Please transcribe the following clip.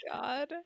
God